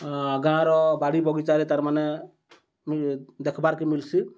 ଗାଁ'ର ବାଡ଼ି ବଗିଚାରେ ତା'ର୍ମାନେ ଦେଖବାର୍କେ ମିଲ୍ସି